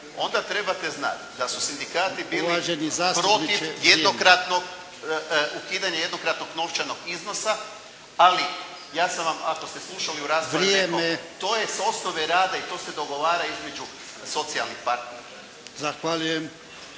onda trebate znati da su sindikati bili protiv ukidanja jednokratnog novčanog iznosa, ali ja sam vam ako ste slušali u raspravi rekao, to je s osnove rada i to se dogovara između socijalnih partnera. **Jarnjak,